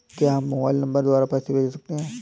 क्या हम mobile number द्वारा पैसे भेज सकते हैं?